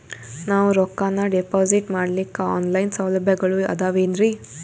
ನಾವು ರೊಕ್ಕನಾ ಡಿಪಾಜಿಟ್ ಮಾಡ್ಲಿಕ್ಕ ಆನ್ ಲೈನ್ ಸೌಲಭ್ಯಗಳು ಆದಾವೇನ್ರಿ?